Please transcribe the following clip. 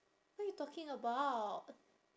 what you talking about